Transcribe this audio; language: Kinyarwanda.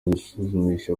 kwisuzumisha